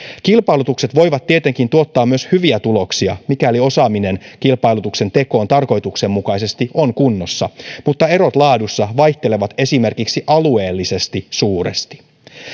kilpailutukset voivat tietenkin tuottaa myös hyviä tuloksia mikäli osaaminen kilpailutuksen tekoon tarkoituksenmukaisesti on kunnossa mutta erot laadussa vaihtelevat esimerkiksi alueellisesti suuresti